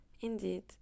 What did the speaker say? Indeed